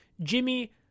Jimmy